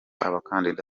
abakandida